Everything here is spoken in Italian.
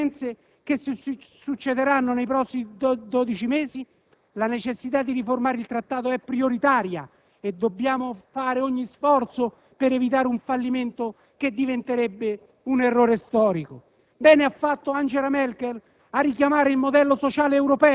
Non vi è dubbio che, rispetto alla validità dei programmi delle tre Presidenze che si succederanno nei prossimi dodici mesi, la necessità di riformare il Trattato è prioritaria, e dobbiamo fare ogni sforzo per evitare un fallimento che diventerebbe un errore storico.